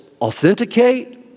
authenticate